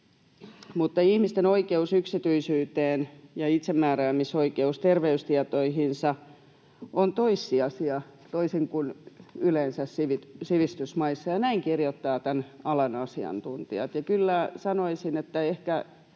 mutta ihmisten oikeus yksityisyyteen ja itsemääräämisoikeus terveystietoihinsa ovat toissijaisia, toisin kuin yleensä sivistysmaissa. Näin kirjoittavat tämän alan asiantuntijat.